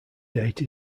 date